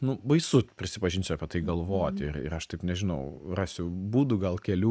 nu baisu prisipažinsiu apie tai galvoti ir ir aš taip nežinau rasiu būdų gal kelių